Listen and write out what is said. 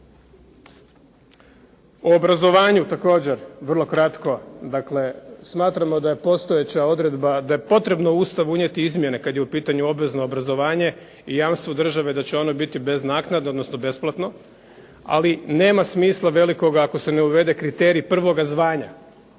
U obrazovanju također vrlo kratko, smatramo da je potrebno u Ustav unijeti izmjene kada je u pitanju obvezno obrazovanje i jamstvo države da će ono biti bez naknade, odnosno besplatno ali nema smisla velikoga ako se ne uvede kriterij prvoga zvanja,